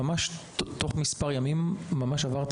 ממש תוך מספר ימים עברתי